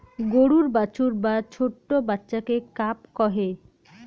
গরুর বাছুর বা ছোট্ট বাচ্চাকে কাফ কহে